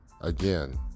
Again